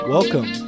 Welcome